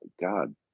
god